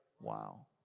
Wow